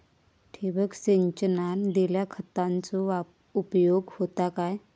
ठिबक सिंचनान दिल्या खतांचो उपयोग होता काय?